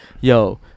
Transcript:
Yo